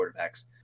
quarterbacks